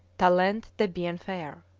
talent de bien faire